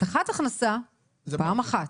הבטחת הכנסה - פעם אחת.